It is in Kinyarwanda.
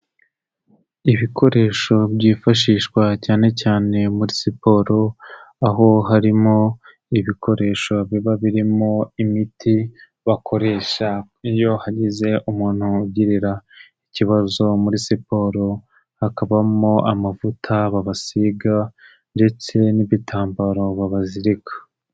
Ibikoresho byifashishwa cyane cyane muri siporo, aho harimo ibikoresho biba birimo imiti bakoresha iyo hagize umuntu ugirira ikibazo muri siporo, hakabamo amavuta babasiga ndetse n'ibitambaro babazirika.